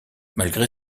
malgré